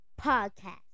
Podcast